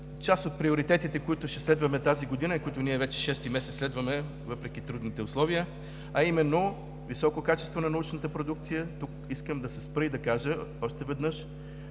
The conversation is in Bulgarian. част от приоритетите, които ще следваме тази година и които ние вече шести месец следваме въпреки трудните условия, а именно високо качество на научната продукция. Тук искам да се спра и да кажа още веднъж,